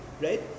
right